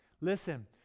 Listen